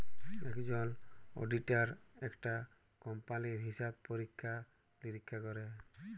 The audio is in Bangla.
একজল অডিটার একটা কম্পালির হিসাব পরীক্ষা লিরীক্ষা ক্যরে